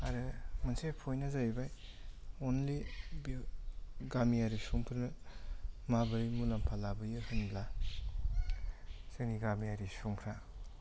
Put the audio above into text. आरो मोनसे पइन्टा जाहैबाय अनलि बे गामियारि सुबुंफोरा माबोरै मुलाम्फा लाबोयो होनोब्ला जोंनि गामियारि सुबुंफोरा